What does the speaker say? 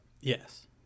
yes